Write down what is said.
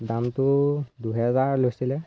দামটো দুহেজাৰ লৈছিলে